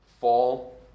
Fall